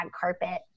carpet